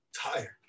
tired